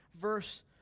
verse